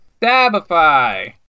stabify